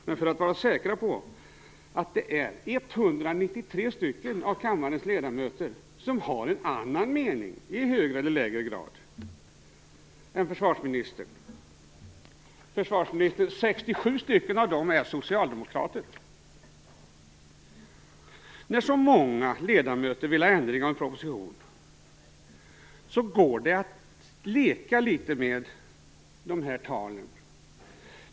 Men det är 193 av kammarens ledamöter som har en annan mening - i högre eller lägre grad - än försvarsministern. Av dem, försvarsministern, är 67 När så många ledamöter vill ha ändring i en proposition går det att leka litet med talen.